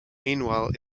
meanwhile